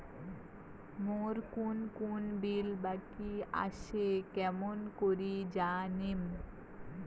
মোর কুন কুন বিল বাকি আসে কেমন করি জানিম?